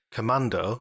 Commando